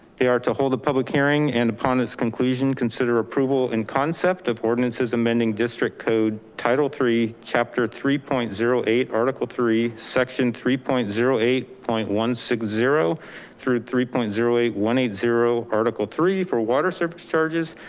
they are, to hold the public hearing and upon its conclusion consider approval and concept of ordinances amending district code title ii, chapter three point zero eight article three section three point zero eight one six zero through three point zero eight one eight zero article three, for water service charges,